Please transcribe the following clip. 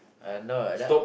uh no that's